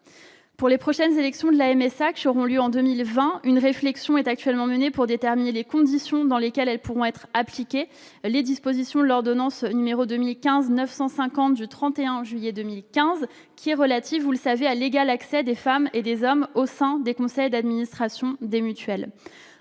Pour les prochaines élections de la MSA, qui auront lieu en 2020, une réflexion est actuellement menée pour déterminer les conditions dans lesquelles pourront être appliquées les dispositions de l'ordonnance n° 2015-950 du 31 juillet 2015 relative à l'égal accès des femmes et des hommes au sein des conseils d'administration des mutuelles.